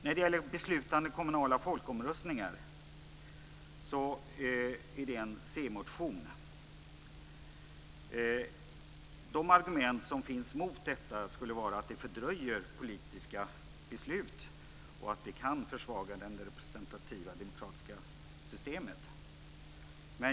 När det gäller beslutande kommunala folkomröstningar kan jag säga att det finns en c-motion. De argument som finns emot detta går ut på att de fördröjer politiska beslut och att de kan försvaga det representativa demokratiska systemet.